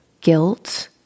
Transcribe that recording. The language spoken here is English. guilt